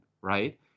right